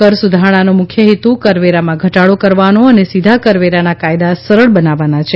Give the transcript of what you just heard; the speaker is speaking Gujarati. કર સુધારણાનો મુખ્ય હેતુ કરવેરામાં ઘટાડો કરવાનો અને સીધા કરવેરાના કાયદા સરળ બનાવવાના છે